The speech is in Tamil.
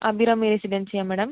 அபிராமி ரெசிடென்ஸியா மேடம்